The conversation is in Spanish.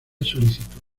solicitud